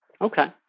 Okay